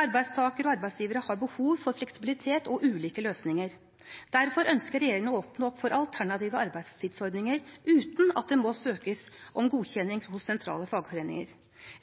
Arbeidstakere og arbeidsgivere har behov for fleksibilitet og ulike løsninger. Derfor ønsker regjeringen å åpne opp for alternative arbeidstidsordninger uten at det må søkes om godkjenning hos sentrale fagforeninger.